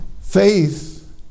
faith